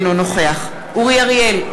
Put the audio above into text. אינו נוכח אורי אריאל,